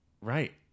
right